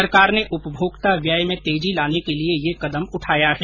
सरकार ने उपभोक्ता व्यय में तेजी लाने के लिए यह कदम उठाया है